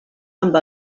amb